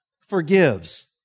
forgives